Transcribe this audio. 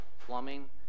plumbing